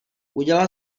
udělal